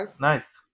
Nice